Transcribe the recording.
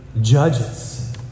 judges